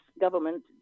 government